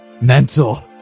mental